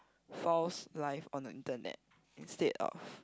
false life on the internet instead of